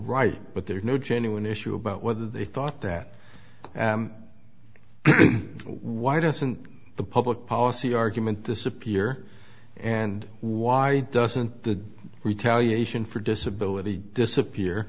right but there's no genuine issue about whether they thought that why doesn't the public policy argument disappear and why doesn't the retaliation for disability disappear